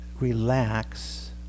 relax